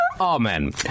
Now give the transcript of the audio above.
Amen